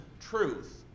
truth